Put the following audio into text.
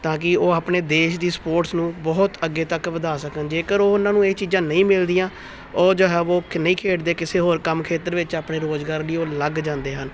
ਤਾਂ ਕਿ ਉਹ ਆਪਣੇ ਦੇਸ਼ ਦੀ ਸਪੋਰਟਸ ਨੂੰ ਬਹੁਤ ਅੱਗੇ ਤੱਕ ਵਧਾ ਸਕਣ ਜੇਕਰ ਉਹ ਉਹਨਾਂ ਨੂੰ ਇਹ ਚੀਜ਼ਾਂ ਨਹੀਂ ਮਿਲਦੀਆਂ ਉਹ ਜੋ ਹੈ ਵੋ ਕ ਨਹੀਂ ਖੇਡਦੇ ਕਿਸੇ ਹੋਰ ਕੰਮ ਖੇਤਰ ਵਿੱਚ ਆਪਣੇ ਰੁਜ਼ਗਾਰ ਲਈ ਉਹ ਲੱਗ ਜਾਂਦੇ ਹਨ